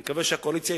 ואני מקווה שהכול יצא,